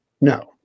No